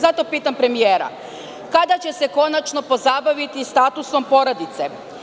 Zato pitam premijera – kada će se konačno pozabaviti statusom porodice?